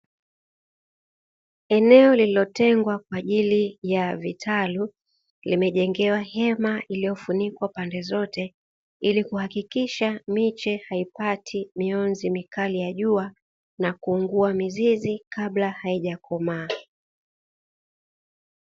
Eneo lililotengwa kwaajili ya vitalu limejengewa hema iliyofunikwa pande zote, ili kuhakikisha miche haipati mionzi mikali ya jua na kuungua mizizi kabla haijakomaa.